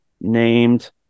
named